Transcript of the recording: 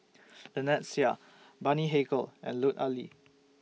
Lynnette Seah Bani Haykal and Lut Ali